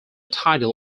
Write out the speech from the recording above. title